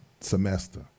semester